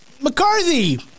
McCarthy